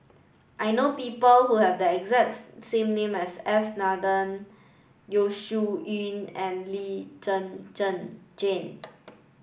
I know people who have the exact same name as neither Yeo Shih Yun and Lee Zhen Zhen Jane